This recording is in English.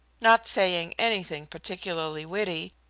not saying anything particularly witty,